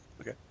Okay